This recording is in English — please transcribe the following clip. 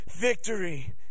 victory